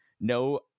no